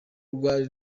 rwari